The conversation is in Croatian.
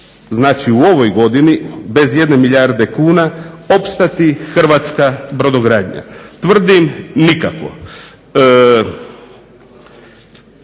znači u ovoj godini bez 1 milijarde kuna opstati hrvatska brodogradnja. Tvrdim nikako.